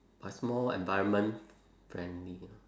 but it's more environment friendly ah